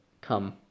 come